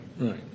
right